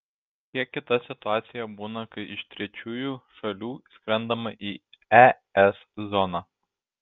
kiek kita situacija būna kai iš trečiųjų šalių skrendama į es zoną